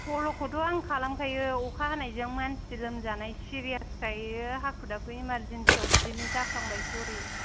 फल'खौथ' आं खालामखायो अखा हानायजों मानसि लोमजानाय सिरियासखाय हाखु दाखु इमार्जेनसिआव बिदिनो जाफ्लांबाय सरि